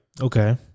Okay